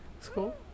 School